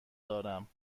دارم